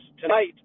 tonight